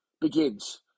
Begins